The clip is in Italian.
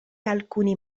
alcuni